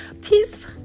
Peace